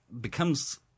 becomes